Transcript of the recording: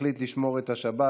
יחליט לשמור את השבת.